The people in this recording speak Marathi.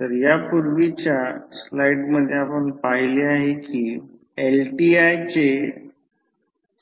तर यापूर्वीच्या स्लाइड मध्ये आपण पाहिले आहे की एक LTI चे